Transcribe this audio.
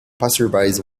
passersby